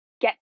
get